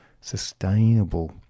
sustainable